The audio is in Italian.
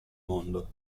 mondo